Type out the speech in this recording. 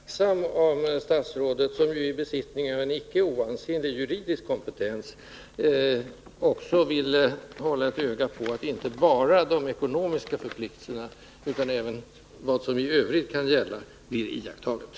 Herr talman! Jag skulle vara tacksam om statsrådet, som ju är i besittning av en icke oansenlig juridisk kompetens, ville hålla ett öga på att inte bara de ekonomiska villkoren utan även vad som i övrigt skall gälla uppfylls.